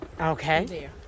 Okay